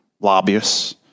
lobbyists